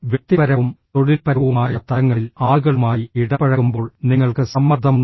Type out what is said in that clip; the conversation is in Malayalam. വ്യക്തിപരവും തൊഴിൽപരവുമായ തലങ്ങളിൽ ആളുകളുമായി ഇടപഴകുമ്പോൾ നിങ്ങൾക്ക് സമ്മർദ്ദമുണ്ടോ